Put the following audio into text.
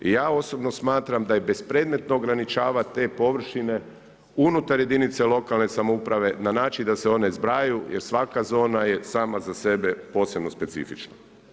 I ja osobno smatram da je bespredmetno ograničavat te površine unutar jedinice lokalne samouprave na način da se one zbrajaju jer svaka zona je sama za sebe posebno specifična.